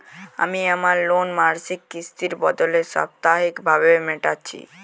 আমি আমার লোন মাসিক কিস্তির বদলে সাপ্তাহিক ভাবে মেটাচ্ছি